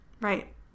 right